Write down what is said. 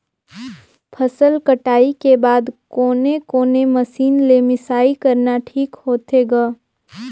फसल कटाई के बाद कोने कोने मशीन ले मिसाई करना ठीक होथे ग?